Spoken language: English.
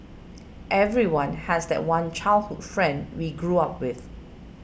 everyone has that one childhood friend we grew up with